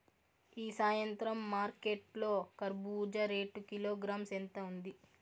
ఈ సాయంత్రం మార్కెట్ లో కర్బూజ రేటు కిలోగ్రామ్స్ ఎంత ఉంది?